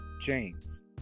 James